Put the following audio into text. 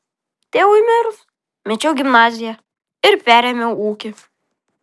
tėvui mirus mečiau gimnaziją ir perėmiau ūkį